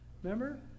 remember